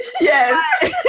yes